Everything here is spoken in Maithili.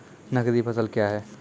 नगदी फसल क्या हैं?